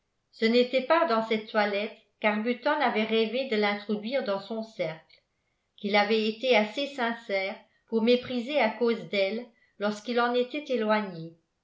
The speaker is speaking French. ce n'était pas dans cette toilette qu'arbuton avait rêvé de l'introduire dans son cercle qu'il avait été assez sincère pour mépriser à cause d'elle lorsqu'il en était éloigné